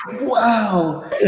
wow